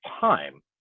time